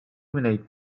wneud